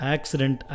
Accident